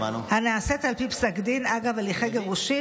הנעשית על פי פסק דין אגב הליכי גירושין,